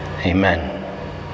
Amen